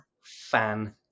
fan